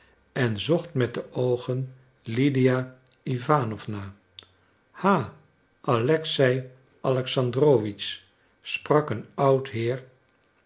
en zocht met de oogen lydia iwanowna ah alexei alexandrowitsch sprak een oud heer